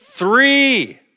Three